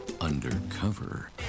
undercover